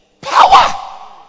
Power